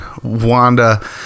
Wanda